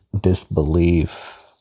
disbelief